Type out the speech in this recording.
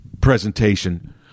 presentation